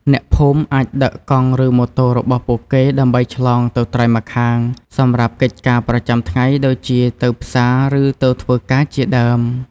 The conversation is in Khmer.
អ្នកភូមិអាចដឹកកង់ឬម៉ូតូរបស់ពួកគេដើម្បីឆ្លងទៅត្រើយម្ខាងសម្រាប់កិច្ចការប្រចាំថ្ងៃដូចជាទៅផ្សារឬទៅធ្វើការជាដើម។